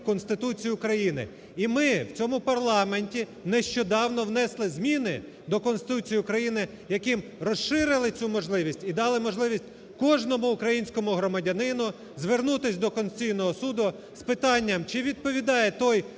Конституції України. І ми в цьому парламенті нещодавно внесли зміни до Конституції України, яким розширили цю можливість і дали можливість кожному українському громадянину звернутись до Конституційного Суду з питанням, чи відповідає той